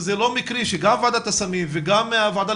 וזה לא מקרי שגם ועדת הסמים וגם הוועדה